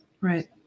Right